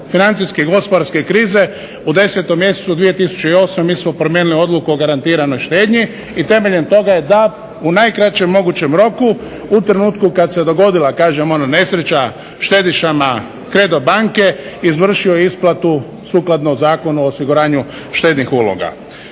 financijske gospodarske krize u 10. mjesecu 2008. mi smo promijenili odluku o garantiranoj štednji i temeljem toga je DAB u najkraćem mogućem roku u trenutku kada se dogodila kažem ono nesreća štedišama Credo banke izvršio isplatu sukladno Zakonu o osiguranju štednih uloga.